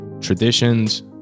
traditions